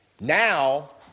Now